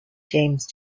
james